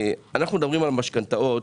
אנחנו מדברים על משכנתאות.